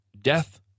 Death